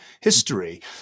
history